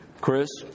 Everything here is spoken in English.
Chris